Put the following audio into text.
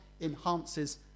enhances